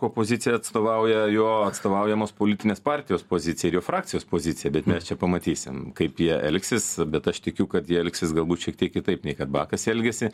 opozicija atstovauja jo atstovaujamos politinės partijos poziciją ir jo frakcijos poziciją bet mes čia pamatysim kaip jie elgsis bet aš tikiu kad jie elgsis galbūt šiek tiek kitaip nei kad bakas elgiasi